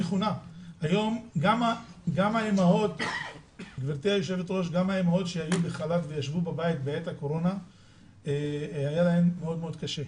גם האימהות שהיו בחל"ת וישבו בבית בעת הקורונה היה להן מאוד-מאוד קשה.